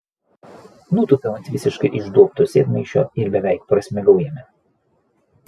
nutūpiau ant visiškai išduobto sėdmaišio ir beveik prasmegau jame